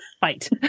fight